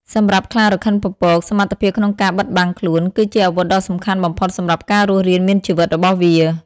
សម្រាប់ខ្លារខិនពពក សមត្ថភាពក្នុងការបិទបាំងខ្លួន គឺជាអាវុធដ៏សំខាន់បំផុតសម្រាប់ការរស់រានមានជីវិតរបស់វា។